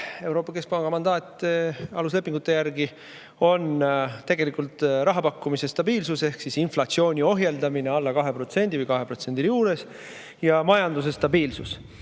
Euroopa Keskpanga mandaat aluslepingute järgi on tegelikult raha pakkumise stabiilsus ehk inflatsiooni ohjeldamine, hoides selle alla 2% või 2% juures, ja majanduse stabiilsus.